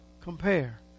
compare